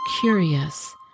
curious